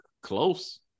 Close